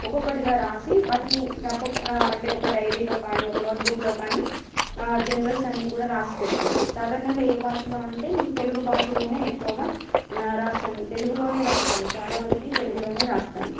ఒక్కొక్కటిగా వ్రాసి వాటినీ తప్ప అంటే ఒక డైరీలో కానీ ఒక నోట్బుక్లో కానీ జనరల్స్ అన్నీ కూడా వ్రాసి పెట్టుకుంటాను సాధారణంగా ఏ భాషలో అంటే తెలుగు భాషలోనే ఎక్కువగా నేను వ్రాస్తాను తెలుగులోనే వ్రాస్తాను చాలావరకు తెలుగులోనే వ్రాస్తాను